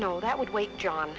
you know that would wait john